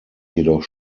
jedoch